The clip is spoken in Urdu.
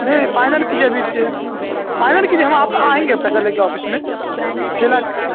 نہیں فائنل کیجیے ابھی فائنل کیجیے ہم آپ آئیں گے پیسہ لے کے آفس میں چھ لاکھ